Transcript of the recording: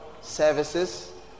services